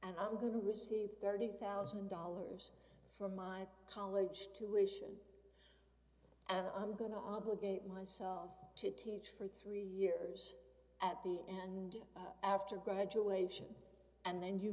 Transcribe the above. and i'm going to receive thirty thousand dollars for my college tuition and i'm going to obligate myself to teach for three years at the and after graduation and then you